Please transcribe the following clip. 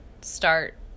start